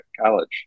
College